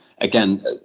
Again